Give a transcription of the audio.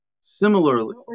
Similarly